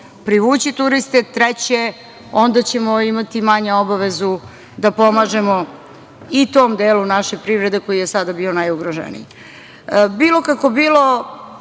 privući turiste, treće onda ćemo imati manje obavezu da pomažemo i tom delu naše privrede koji je sada bio najugroženiji. Bilo